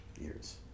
years